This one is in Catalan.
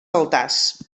altars